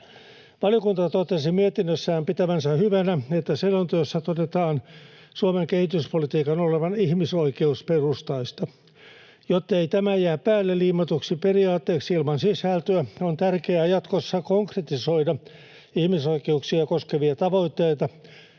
Valiokunta totesi mietinnössään pitävänsä hyvänä, että selonteossa todetaan Suomen kehityspolitiikan olevan ihmisoikeusperustaista. Jottei tämä jää päälleliimatuiksi periaatteeksi ilman sisältöä, on tärkeää jatkossa konkretisoida ihmisoikeuksia koskevia tavoitteita